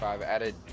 added